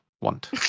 want